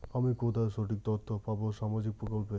আমি কোথায় সঠিক তথ্য পাবো সামাজিক প্রকল্পের?